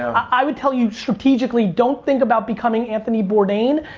i would tell you strategically, don't think about becoming anthony bourdain.